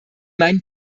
meinen